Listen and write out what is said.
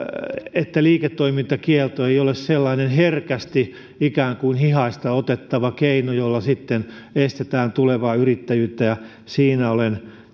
liiketoimintakielto ei ole sellainen herkästi ikään kuin hihasta otettava keino jolla sitten estetään tulevaa yrittäjyyttä siinä mielessä olen